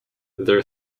their